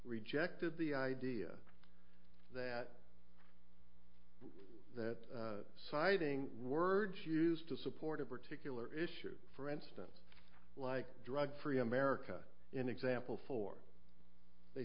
rejected the idea that that citing words used to support a particular issue for instance like drug free america in example for they